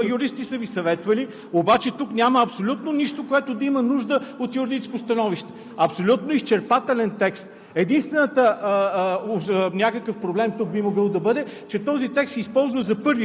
комисии, оттам да минат в залата. Има си ред, който е описан ясно. Не знам какви юристи са Ви съветвали, обаче тук няма абсолютно нищо, което да има нужда от юридическо становище – абсолютно изчерпателен текст.